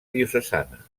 diocesana